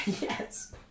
Yes